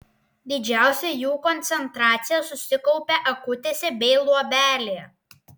didžiausia jų koncentracija susikaupia akutėse bei luobelėje